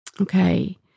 Okay